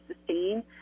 sustain